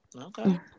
Okay